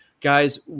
Guys